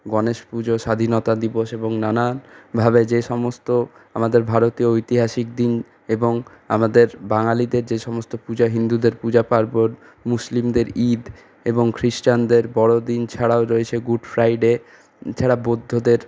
গণেশ পুজো স্বাধীনতা দিবস এবং নানানভাবে যে সমস্ত আমাদের ভারতীয় ঐতিহাসিক দিন এবং আমাদের বাঙালিদের যেসমস্ত পুজো হিন্দুদের পুজোপার্বণ মুসলিমদের ঈদ এবং খ্রিষ্টানদের বড়োদিন ছাড়াও রয়েছে গুড ফ্রাইডে এছাড়া বৌদ্ধদের